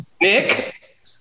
Nick